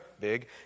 big